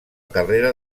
carrera